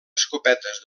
escopetes